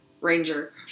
Ranger